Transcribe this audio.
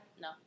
No